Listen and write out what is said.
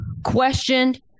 questioned